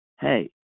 hey